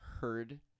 heard